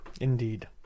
indeed